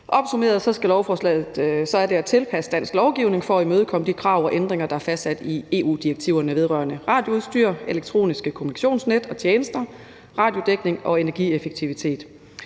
Opsummeret går det ud på at tilpasse dansk lovgivning for at imødekomme de krav og ændringer, der er fastsat i EU-direktiverne vedrørende radioudstyr, elektroniske kommunikationsnet og -tjenester, radiodækning og energieffektivitet.